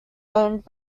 owned